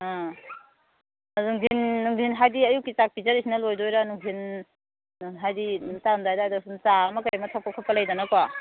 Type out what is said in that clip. ꯅꯨꯡꯊꯤꯟ ꯍꯥꯏꯕꯗꯤ ꯑꯌꯨꯛꯀꯤ ꯆꯥꯛ ꯄꯤꯖꯔꯤꯁꯤꯅ ꯂꯣꯏꯔꯗꯣꯏꯔꯥ ꯅꯨꯡꯊꯤꯟ ꯍꯥꯏꯕꯗꯤ ꯅꯨꯃꯤꯠ ꯇꯥꯔꯝꯗꯥꯏ ꯑꯗꯨꯋꯥꯏꯗ ꯁꯨꯝ ꯆꯥ ꯑꯃ ꯀꯔꯤ ꯑꯃ ꯀꯔꯤ ꯑꯃ ꯊꯛꯄ ꯈꯣꯠꯄ ꯂꯩꯗꯅꯀꯣ